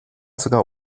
sogar